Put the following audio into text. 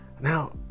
Now